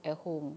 at home